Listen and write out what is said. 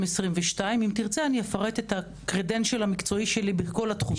אם תרצה אני אפרט את הרקע המקצועי שלי בכל התחומים.